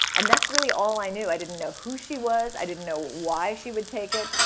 and that's really all i knew. i didn't know who she was. i didn't know why she would take it,